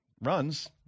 runs